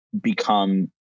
become